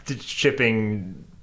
shipping